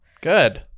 Good